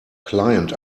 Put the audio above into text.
client